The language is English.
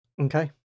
okay